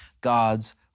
God's